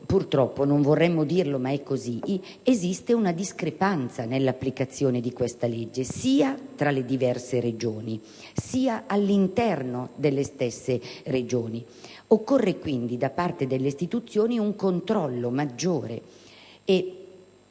purtroppo - non vorremmo dirlo, ma è così - esiste una discrepanza nell'applicazione della legge sia tra le diverse Regioni sia all'interno delle stesse Regioni. Occorre quindi un controllo maggiore da